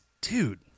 Dude